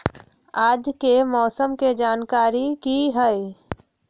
आज के मौसम के जानकारी कि हई?